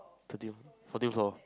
thirteen fourteen floor